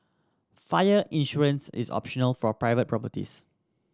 fire insurance is optional for private properties